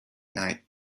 night